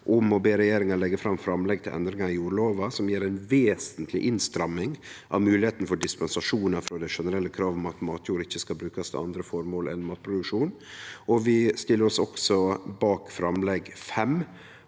å be regjeringa leggje fram framlegg til endringar i jordlova som gjev ei vesentleg innstramming av moglegheitene for dispensasjonar frå det generelle kravet om at matjord ikkje skal brukast til andre føremål enn matproduksjon. Vi stiller oss også bak framlegg nr.